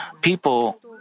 people